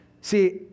See